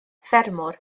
ffermwr